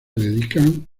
dedican